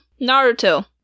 Naruto